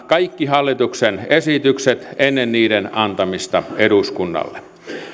kaikki hallituksen esitykset ennen niiden antamista eduskunnalle